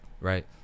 right